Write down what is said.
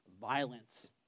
violence